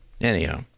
Anyhow